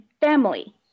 family